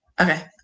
Okay